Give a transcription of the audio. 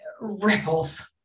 ripples